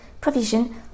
provision